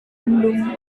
mendung